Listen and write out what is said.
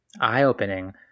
eye-opening